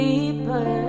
Deeper